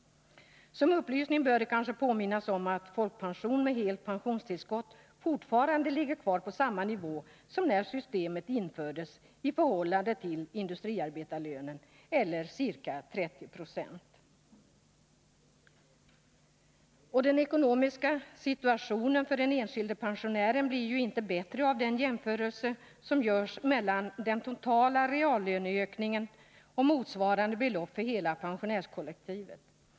Som upplysning bör det kanske påminnas om att folkpension med helt pensionstillskott fortfarande ligger kvar på samma nivå i förhållande till industriarbetarlönen som när systemet infördes, dvs. ca 30 9o. Och den ekonomiska situationen för den enskilde pensionären blir ju inte bättre av den jämförelse som görs mellan den totala reallöneökningen och motsvarande siffra för hela pensionärskollektivet.